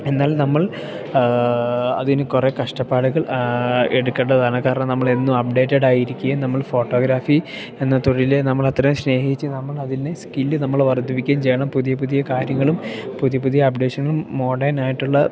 എന്നാൽ നമ്മൾ അതിന് കുറെ കഷ്ടപ്പാടുകൾ എടുക്കേണ്ടതാണ് കാരണം നമ്മളെന്നും അപ്ഡേറ്റഡായിരിക്കുകയും നമ്മൾ ഫോട്ടോഗ്രാഫി എന്ന തൊഴില് നമ്മളത്രേം സ്നേഹിച്ച് നമ്മൾ അതിൻ്റെ സ്കില്ല് നമ്മള് വർദ്ധിപ്പിക്കുകയും ചെയ്യണം പുതിയ പുതിയ കാര്യങ്ങളും പുതിയ പുതിയ അപ്ഡേഷനും മോഡേണായിട്ടുള്ള